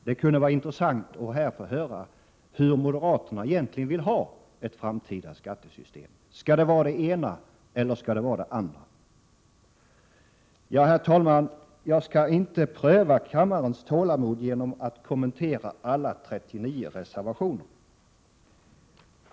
Det kunde vara intressant att här få höra hur moderaterna egentligen vill ha ett framtida system. Skall det vara det ena, eller skall det vara det andra? Herr talman! Jag skall inte pröva kammarens tålamod genom att kommen tera alla 39 reservationer.